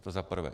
To za prvé.